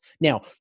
Now